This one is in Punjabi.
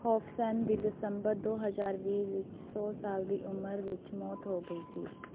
ਹੋਫਸੈਨ ਦੀ ਦਸੰਬਰ ਦੋ ਹਜ਼ਾਰ ਵੀਹ ਵਿੱਚ ਸੌ ਸਾਲ ਦੀ ਉਮਰ ਵਿੱਚ ਮੌਤ ਹੋ ਗਈ ਸੀ